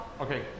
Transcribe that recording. Okay